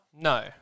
No